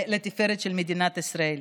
לתפארת מדינת ישראל.